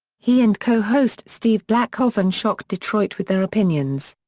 he and co-host steve black often shocked detroit with their opinions.